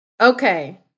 Okay